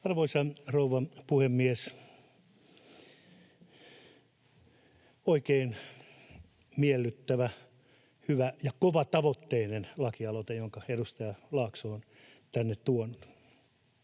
Arvoisa rouva puhemies! Oikein miellyttävä, hyvä ja kovatavoitteinen lakialoite, jonka edustaja Laakso on tänne tuonut.